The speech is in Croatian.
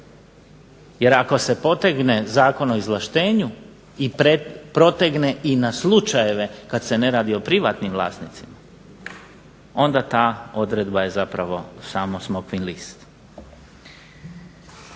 Jer ako se potegne Zakon o izvlaštenju i protegne i na slučajeve kad se ne radi o privatnim vlasnicima onda ta odredba je zapravo samo smokvin list.